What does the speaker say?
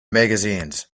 magazines